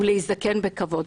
ולהזדקן בכבוד.